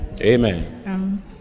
Amen